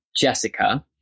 Jessica